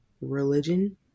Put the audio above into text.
religion